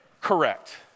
correct